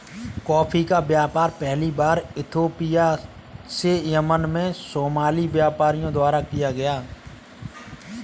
coffee का व्यापार पहली बार इथोपिया से यमन में सोमाली व्यापारियों द्वारा किया गया